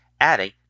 adding